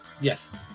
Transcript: Yes